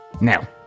Now